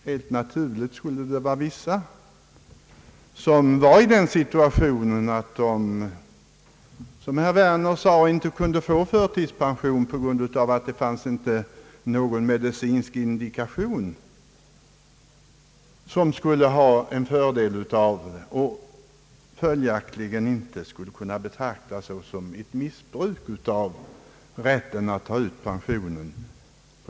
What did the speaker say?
Helt naturligt skulle vissa människor befinna sig i den situationen att de, som herr Werner sade, inte kunde få förtidspension på grund av att det inte fanns någon medicinsk indikation. De skulle ha fördel av det föreslagna systemet och det skulle inte kunna betraktas som ett missbruk av rätten att ta ut pensionen.